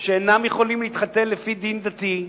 שאינם יכולים להתחתן לפי דין דתי,